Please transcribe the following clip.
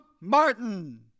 Martin